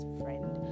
friend